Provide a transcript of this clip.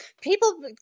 people